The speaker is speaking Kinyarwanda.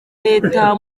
leta